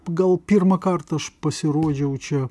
gal pirmą kartą aš pasirodžiau čia